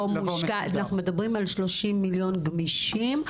אנחנו מדברים על 30 מיליון גמישים?